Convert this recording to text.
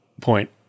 point